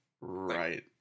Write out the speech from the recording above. Right